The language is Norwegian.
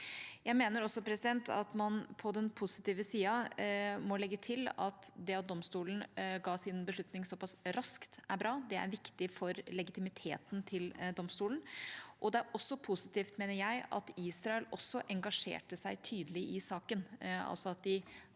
Jeg mener også at man, på den positive sida, må legge til at det at domstolen ga sin beslutning såpass raskt, er bra. Det er viktig for legitimiteten til domstolen. Det er også positivt, mener jeg, at Israel engasjerte seg tydelig i saken,